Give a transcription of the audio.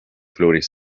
flores